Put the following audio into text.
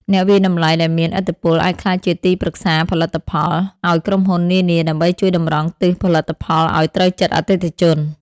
អ្នកវាយតម្លៃដែលមានឥទ្ធិពលអាចក្លាយជាទីប្រឹក្សាផលិតផល ឱ្យក្រុមហ៊ុននានាដើម្បីជួយតម្រង់ទិសផលិតផលឱ្យត្រូវចិត្តអតិថិជន។